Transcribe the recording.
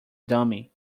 dummy